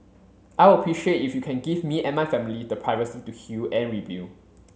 I would appreciate if you can give me and my family the privacy to heal and rebuild